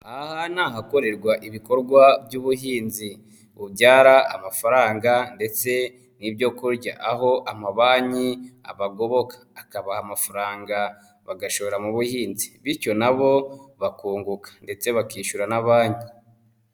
Aha ni ahakorerwa ibikorwa by'ubuhinzi. Bubyara amafaranga ndetse n'ibyo kurya. Aho amabanki abagoboka akabaha amafaranga bagashora mu buhinzi bityo nabo bakunguka ndetse bakishyura na banki.